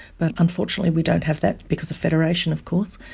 but unfortunately we don't have that because of federation of course.